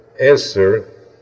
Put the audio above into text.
answer